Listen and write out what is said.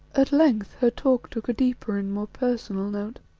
at length her talk took a deeper and more personal note.